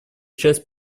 часть